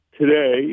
today